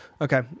Okay